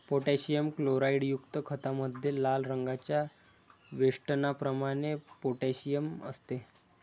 potassium क्लोराईडयुक्त खतामध्ये लाल रंगाच्या वेष्टनाप्रमाणे पोटॅशियम असते